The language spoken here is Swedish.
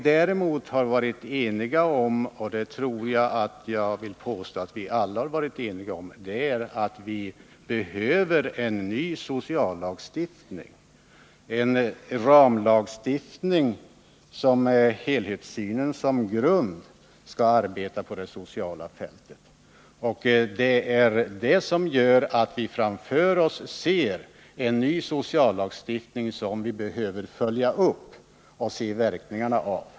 Däremot tror jag att alla har varit eniga om att vi behöver en ny sociallagstiftning, en ramlagstiftning som ger uttryck för en helhetssyn vilken skall gälla på det sociala fältet. Vi ser fram mot en sådan ny sociallagstiftning, som vi sedan behöver följa upp och se verkningarna av.